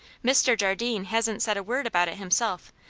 mr. jardine hasn't said a word about it himself,